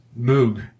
Moog